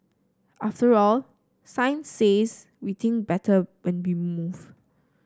after all science says we think better when we move